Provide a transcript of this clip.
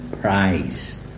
prize